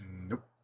Nope